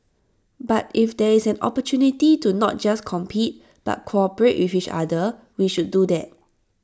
but if there is an opportunity to not just compete but cooperate with each other we should do that